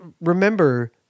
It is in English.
remember